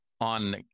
on